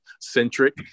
centric